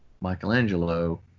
Michelangelo